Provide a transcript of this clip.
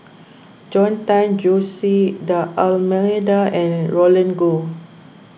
Robert Tan Jose D'Almeida and Roland Goh